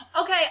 okay